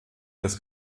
des